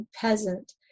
peasant